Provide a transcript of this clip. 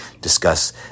discuss